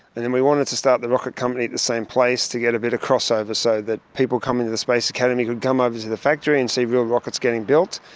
and then we wanted to start the rocket company at the same place to get a bit of crossover, so that people coming to the space academy could come over to the factory and see real rockets getting built.